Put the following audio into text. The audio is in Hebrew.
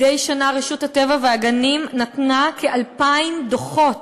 מדי שנה רשות הטבע והגנים נתנה כ-2,000 דוחות,